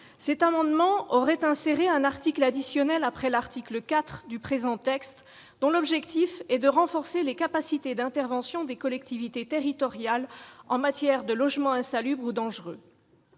mes collègues, visant à insérer un article additionnel après l'article 4, dont l'objet est de renforcer les capacités d'intervention des collectivités territoriales en matière de logements insalubres ou dangereux.